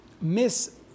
miss